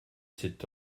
cet